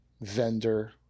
vendor